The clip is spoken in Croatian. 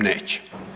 Neće.